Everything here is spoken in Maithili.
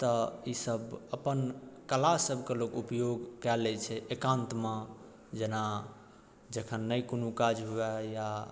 तऽ ई सब अपन कला सब कऽ लोक उपयोग कए लै छै एकांतमे जेना जखन नहि कोनो काज हुए या